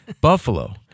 Buffalo